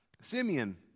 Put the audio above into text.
Simeon